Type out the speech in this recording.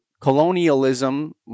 colonialism